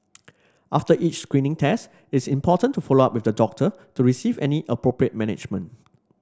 after each screening test it's important to follow up with the doctor to receive any appropriate management